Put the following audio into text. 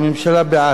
אוקיי, בבקשה.